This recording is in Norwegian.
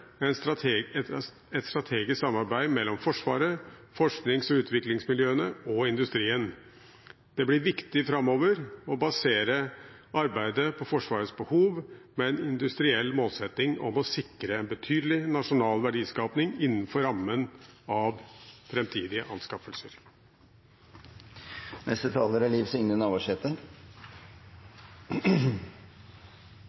et strategisk samarbeid mellom Forsvaret, forsknings- og utviklingsmiljøene og industrien. Det blir viktig framover å basere arbeidet på Forsvarets behov, med en industriell målsetting om å sikre en betydelig nasjonal verdiskaping innenfor rammen av framtidige anskaffelser.